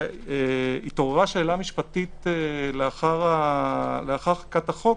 התעוררה שאלה משפטית לאחר חקיקת החוק,